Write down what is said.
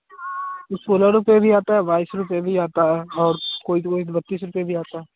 वह सोलह रुपये भी आता है बाईस रुपये भी आता है और कोई कोई तो बत्तीस रुपये भी आता है